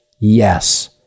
Yes